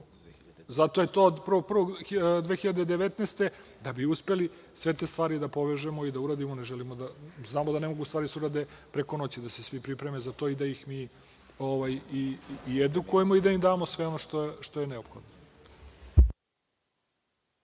Zato je to od 1. 1. 2019. godine, da bi uspeli sve te stvari da povežemo i da uradimo. Jer, znamo da ne mogu stvari da se urade preko noći, nego da se svi pripreme za to i da ih mi edukujemo i da im damo sve ono što je neophodno.